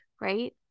right